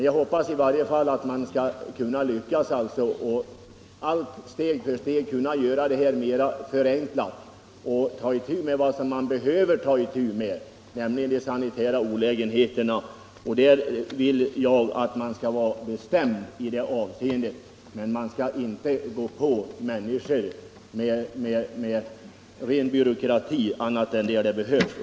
Jag hoppas i alla fall att man skall lyckas att steg för steg förenkla systemet och att man skall ta itu med det som man behöver ta itu med, nämligen de sanitära olägenheterna. I det avseendet vill jag att man skall vara bestämd, men man skall inte gå på människor med ren byråkrati annat än där det behövs.